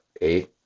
eight